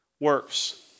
works